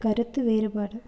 கருத்து வேறுபாடு